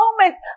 moment